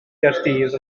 gaerdydd